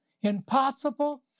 Impossible